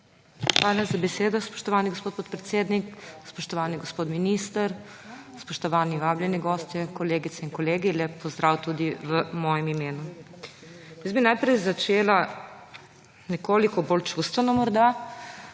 Hvala za besedo, spoštovani gospod podpredsednik. Spoštovani gospod minister, spoštovani vabljeni gostje, kolegice in kolegi, lep pozdrav tudi v mojem imenu. Jaz bi najprej začela nekoliko bolj čustveno morda.